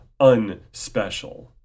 unspecial